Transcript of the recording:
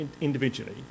individually